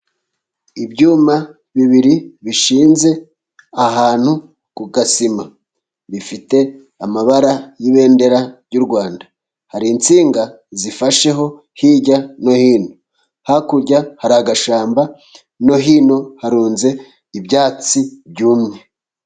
Ibyuma bibiri bishinze ahantu ku gasima bifite amabara y'ibendera ry'u Rwanda. Hari insinga zifasheho hirya no hino, hakurya hari agashyamba, no hino harunze ibyatsi byumye.